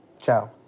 Ciao